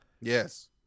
yes